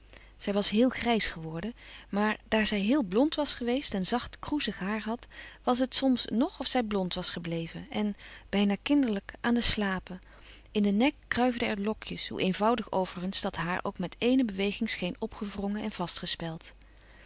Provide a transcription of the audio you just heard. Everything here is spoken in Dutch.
zij was heel grijs geworden maar daar zij heel blond was geweest en zacht kroezig haar had was het soms nog of zij blond was gebleven en bijna kinderlijk aan de slapen in den nek kruifden er lokjes hoe eenvoudig overigens dat haar ook met éene beweging scheen opgewrongen en vastgespeld